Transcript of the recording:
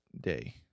day